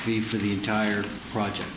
the for the entire project